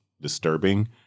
disturbing